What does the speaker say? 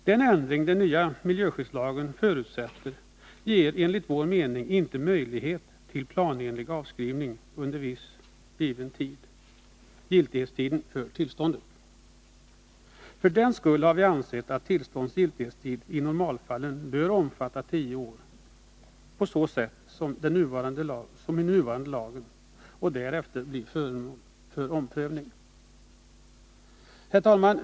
Den ändring som den nya miljöskyddslagen förutsätter ger enligt vår mening inte möjlighet till planenlig avskrivning under viss given tid, nämligen giltighetstiden för tillståndet. För den skull har vi ansett att tillståndets giltighetstid i normalfallen bör omfatta tio år på samma sätt som i nuvarande lag och därefter bli föremål för omprövning. Herr talman!